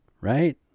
right